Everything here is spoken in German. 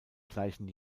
gleichen